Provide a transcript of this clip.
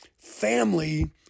family